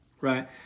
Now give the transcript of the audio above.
right